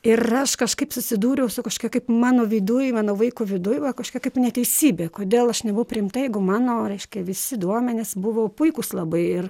ir aš kažkaip susidūriau su kažkokia kaip mano viduj mano vaiko viduj va kažkokia kaip neteisybė kodėl aš nebuvau priimta jeigu mano reiškia visi duomenys buvo puikūs labai ir